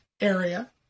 area